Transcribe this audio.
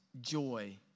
joy